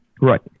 Right